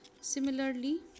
Similarly